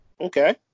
Okay